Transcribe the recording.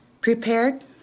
prepared